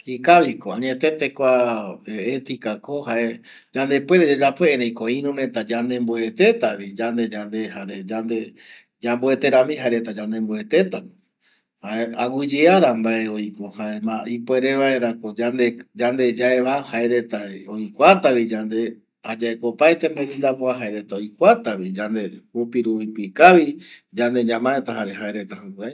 Ikaviko añetete ko kua etica ko jae yande puere yayapo erëi ko ïru reta ko yandemboeteta vi, yande yamboete rami jaereta yandemboetetavi agüiye vaera mbae oiko, ipuere vaera yande yaeva jaereta oikuata yande, jupirupi kavi yande ñamaeta jaema jaereta jukuraiño vi omaeta.